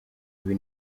bubi